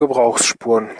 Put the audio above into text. gebrauchsspuren